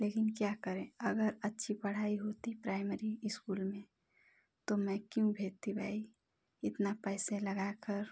लेकिन क्या करें अगर अच्छी पढ़ाई होती प्राइमरी स्कूल में तो मैं क्यों भेजती भाई इतना पैसे लगाकर